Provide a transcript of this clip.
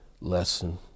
lesson